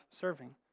serving